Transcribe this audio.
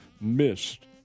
missed